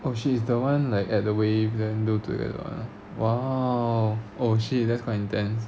oh shit is the one like at the wave then do together [one] ah !wow! oh shit that's quite intense